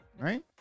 right